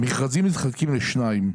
המכרזים מתחלקים לשניים.